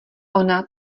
ona